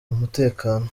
umutekano